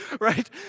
right